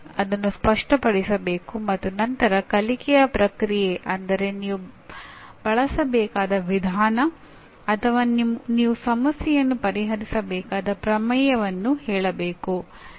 ಅದನ್ನು ಸ್ಪಷ್ಟಪಡಿಸಬೇಕು ಮತ್ತು ನಂತರ ಕಲಿಕೆಯ ಪ್ರಕ್ರಿಯೆ ಅಂದರೆ ನೀವು ಬಳಸಬೇಕಾದ ವಿಧಾನ ಅಥವಾ ನೀವು ಸಮಸ್ಯೆಯನ್ನು ಪರಿಹರಿಸಬೇಕಾದ ಪ್ರಮೇಯವನ್ನು ಹೇಳಬೇಕು